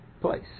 place